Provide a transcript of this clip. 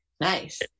Nice